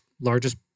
largest